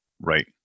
Right